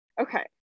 Okay